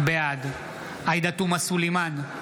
בעד עאידה תומא סלימאן,